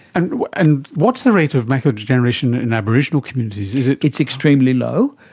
and and what's the rate of macular degeneration in aboriginal communities? it's extremely low,